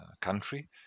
country